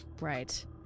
Right